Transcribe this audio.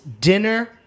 dinner